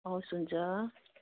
हवस् हुन्छ